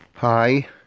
Hi